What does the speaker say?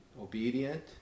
Obedient